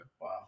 Wow